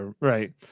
right